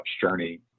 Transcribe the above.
journey